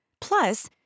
plus